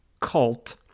cult